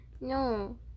No